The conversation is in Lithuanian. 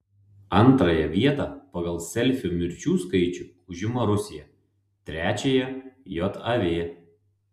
antrąją vietą pagal selfių mirčių skaičių užima rusija trečiąją jav